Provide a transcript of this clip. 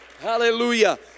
Hallelujah